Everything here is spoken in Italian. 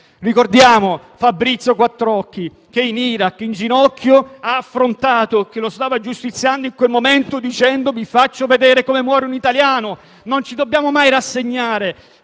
Ricordiamo Fabrizio Quattrocchi che in Iraq, in ginocchio, ha affrontato chi lo stava giustiziando in quel momento, dicendo: «Vi faccio vedere come muore un italiano». Non ci dobbiamo mai rassegnare